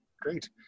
great